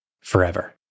forever